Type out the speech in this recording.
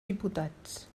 diputats